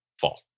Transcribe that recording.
fall